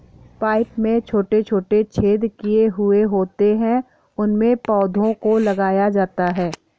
pipe में छोटे छोटे छेद किए हुए होते हैं उनमें पौधों को लगाया जाता है